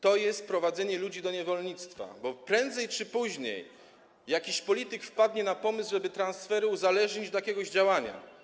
To jest prowadzenie ludzi do niewolnictwa, bo prędzej czy później jakiś polityk wpadnie na pomysł, żeby transfery uzależnić od jakiegoś działania.